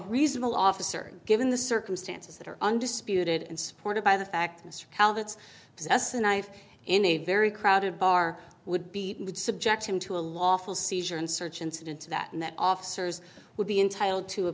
reasonable officer given the circumstances that are undisputed and supported by the fact mr calvert's possess a knife in a very crowded bar would be would subject him to a lawful seizure and search incident to that and that officers would be entitled to a